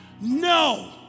No